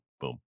boom